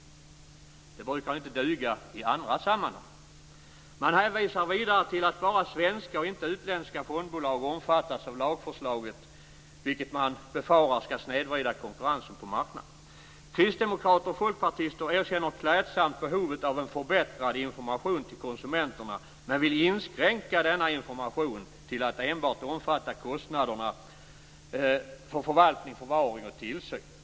Det brukar inte duga i andra sammanhang. Man hänvisar vidare till att bara svenska och inte utländska fondbolag omfattas av lagförslaget, vilket man befarar skall snedvrida konkurrensen på marknaden. Kristdemokrater och folkpartister erkänner klädsamt behovet av en förbättrad information till konsumenterna, men vill inskränka denna information till att enbart omfatta kostnaderna för förvaltning, förvaring och tillsyn.